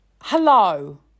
Hello